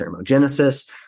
thermogenesis